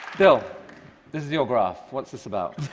bill, this is your graph. what's this about?